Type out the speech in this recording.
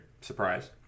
Surprise